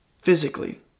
physically